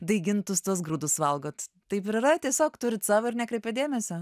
daigintus tuos grūdus valgot taip ir yra tiesiog turit savo ir nekreipiat dėmesio